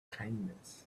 kindness